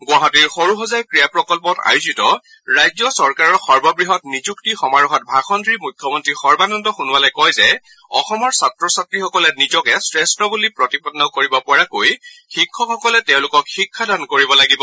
গুৱাহাটীৰ সৰুসজাই ক্ৰীড়া প্ৰকল্পত আয়োজিত ৰাজ্য চৰকাৰ সৰ্ববহং নিযুক্তি সমাৰোহত ভাষণ দি মুখ্যমন্ত্ৰী সৰ্বানন্দ সোণোৱালে কয় যে অসমৰ ছাত্ৰ ছাত্ৰীসকলে নিজেক শ্ৰেষ্ঠ বুলি প্ৰতিপন্ন কৰিব পৰাকৈ শিক্ষকসকলে তেওঁলোকক শিক্ষাদান কৰিব লাগিব